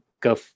go